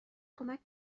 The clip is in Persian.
کمک